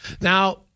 Now